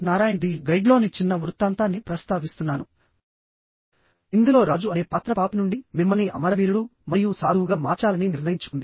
Narayan the గైడ్లోని చిన్న వృత్తాంతాన్ని ప్రస్తావిస్తున్నాను ఇందులో రాజు అనే పాత్ర పాపి నుండి మిమ్మల్ని అమరవీరుడు మరియు సాధువుగా మార్చాలని నిర్ణయించుకుంది